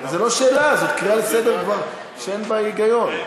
זו לא שאלה, זאת קריאה לסדר שכבר אין בה היגיון.